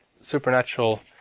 supernatural